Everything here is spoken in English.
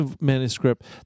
manuscript